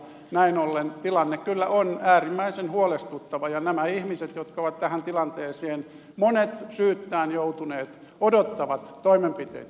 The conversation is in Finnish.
näin ollen tilanne kyllä on äärimmäisen huolestuttava ja nämä ihmiset jotka ovat tähän tilanteeseen joutuneet monet syyttään odottavat toimenpiteitä